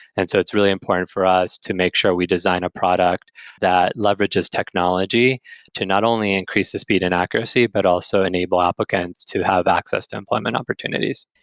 and so it's really important for us to make sure we design a product that leverages technology to not only increase the speed and accuracy, but also enable applicants to have access to employment opportunities.